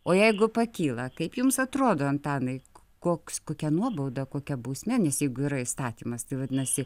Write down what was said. o jeigu pakyla kaip jums atrodo antanai koks kokia nuobauda kokia bausmė nes jeigu yra įstatymas tai vadinasi